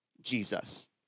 Jesus